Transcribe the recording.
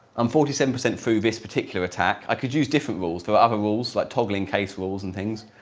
i'm forty seven percent through this particular attack. i could use different rules, there are other rules, like toggling case rules and things.